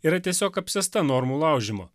yra tiesiog apsėsta normų laužymo